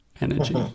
energy